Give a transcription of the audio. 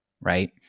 right